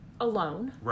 alone